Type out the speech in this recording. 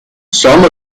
some